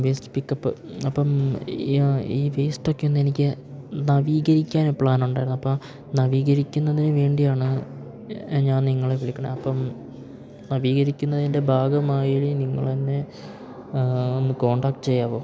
waste pickup അപ്പം ഈ വേസ്റ്റൊക്കെ ഒന്നെനിക്ക് നവീകരിക്കാൻ പ്ലാനുണ്ടായിരുന്നു അപ്പം നവീകരിക്കുന്നതിന് വേണ്ടിയാണ് ഞാൻ നിങ്ങളെ വിളിക്കുന്നത് അപ്പം നവീകരിക്കുന്നതിൻ്റെ ഭാഗമായതിൽ നിങ്ങളെന്നെ ഒന്ന് കോണ്ടാക്ട് ചെയ്യാമോ